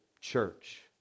church